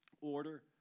order